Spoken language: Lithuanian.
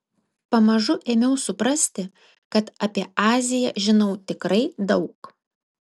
pamažu ėmiau suprasti kad apie aziją žinau tikrai daug